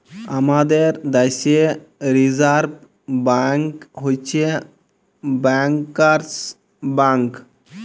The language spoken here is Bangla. আমাদের দ্যাশে রিসার্ভ ব্যাংক হছে ব্যাংকার্স ব্যাংক